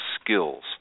skills